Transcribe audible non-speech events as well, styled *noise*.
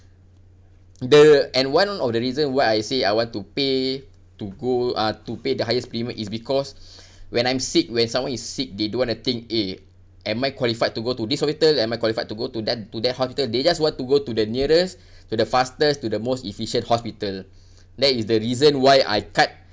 the and one of the reason why I say I want to pay to go uh to pay the highest premium is because *breath* when I'm sick when someone is sick they don't want to think eh am I qualified to go to this hospital am I qualified to go to that to that hospital they just want to go to the nearest *breath* to the fastest to the most efficient hospital that is the reason why I cut